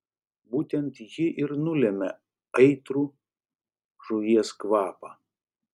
būtent ji ir nulemia aitrų žuvies kvapą